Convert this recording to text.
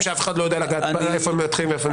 שאף אחד לא יודע איפה הם מתחילים ואיפה הם נגמרים.